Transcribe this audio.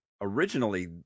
Originally